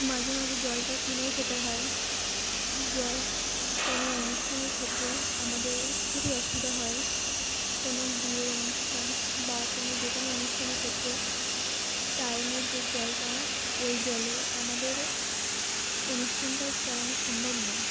মাঝে মাঝে জলটাও কিনেও খেতে হয় জল কোনো অনুষ্ঠানের ক্ষেত্রে আমাদের খুবই অসুবিধা হয় কোনো বিয়ের অনুষ্ঠান বা কোনো যে কোনো অনুষ্ঠানের ক্ষেত্রে টাইমে যে জলটা ওই জলে আমাদের অনুষ্ঠানটা চালানো সম্ভব নয়